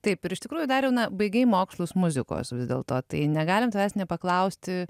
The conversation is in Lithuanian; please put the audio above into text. taip ir iš tikrųjų dariau na baigei mokslus muzikos vis dėlto tai negalim tavęs nepaklausti